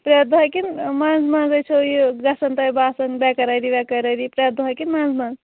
پرٛٮ۪تھ دۄہ کِنۍ منٛز منٛزٕے چھو یہِ گژھان تۄہہِ باسان بےٚ کرٲری ویٚکرٲری پرٛٮ۪تھ دۄہ کِنۍ منٛزٕ منٛز